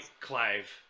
Clive